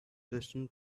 distant